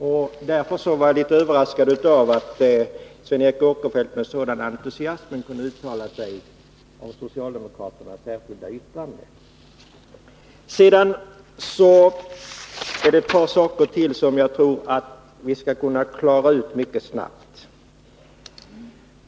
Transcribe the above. Och därför var jag litet överraskad av att Sven Eric Åkerfeldt med sådan entusiasm kunde uttala sig om socialdemokraternas särskilda Ett par saker till tror jag att vi skall kunna klara ut mycket snabbt.